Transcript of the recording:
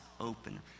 open